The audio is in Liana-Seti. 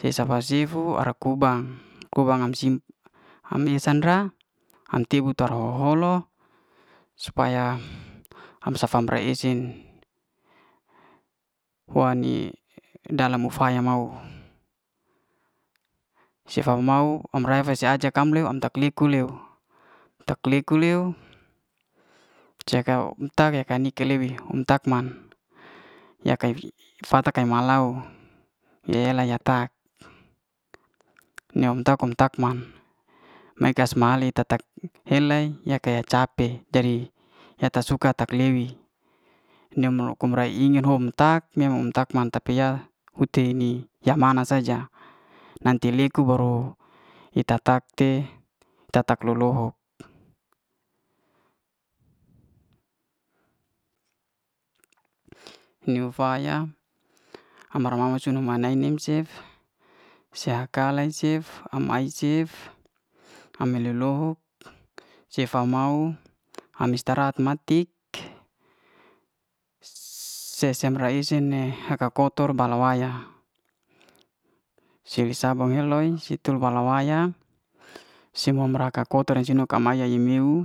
he safa sifu ara kubang, kubang sing am esan'ra am tebu tara ho'holo supaya am safa ra'esin hu'ai ni dalam nu faya mau, sefa mau se afa re'ajak am tak liku leu. tak liku leu seka nika le wi om tak man, om fatak ka ma'lauw ya ela ya tak ya om tak, tak man ya kas mali tak- tak he lai yak kaya cape jadi ya tak suka tak lewi, ya ro'ka ma'inya hom tak. ya om tak man tapi ya uhti ni ya man'na saja nanti leku baru ita tak te, ita tak lo'lohok. niuw faya am ra'manan sura na'ini ma ini cef se ha kalai cef, am ai cef am me lo'lohok sefa mau am istarahat matik se- sem ra'esa ne haka kotor bala wayah se lo sabun hel'loy situl bala waya. semon ra'ka kotor ya kamaya yu miuw.